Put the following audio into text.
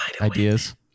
ideas